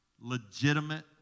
Legitimate